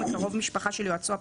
מקרוב משפחה של יועצו הפרלמנטרי,